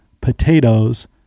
potatoes